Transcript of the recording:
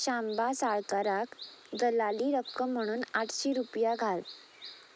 शांबा साळकाराक गलाली रक्कम म्हणून आठशीं रुपया घाल